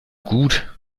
gut